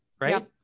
right